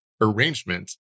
arrangement